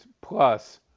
plus